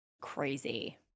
Crazy